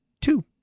Two